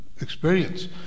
experience